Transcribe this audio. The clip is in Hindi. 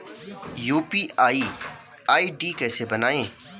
यु.पी.आई आई.डी कैसे बनायें?